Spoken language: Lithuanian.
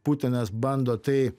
putinas bando tai